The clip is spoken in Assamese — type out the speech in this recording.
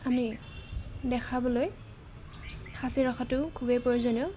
আমি দেখাবলৈ সাঁচি ৰখাটো খুবেই প্ৰয়োজনীয়